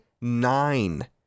nine